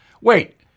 Wait